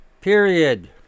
period